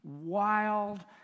wild